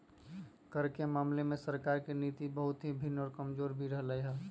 कर के मामले में सरकार के नीति बहुत ही भिन्न और कमजोर भी रहले है